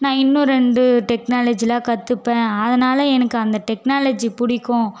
நான் இன்னும் ரெண்டு டெக்னாலஜிலாம் கற்றுப்பேன் அதனால் எனக்கு அந்த டெக்னாலஜி பிடிக்கும்